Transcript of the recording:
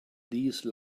these